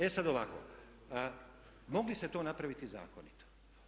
E sad ovako, mogli ste to napraviti zakonito.